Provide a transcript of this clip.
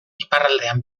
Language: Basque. iparraldean